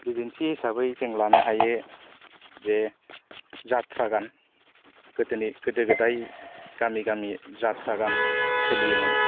बिदिन्थि हिसाबै जों लानो हायो जे जाट्रा गान गोदोनि गोदो गोदाय गामि गामि जाट्रा गान सोलियोमोन